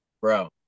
Bro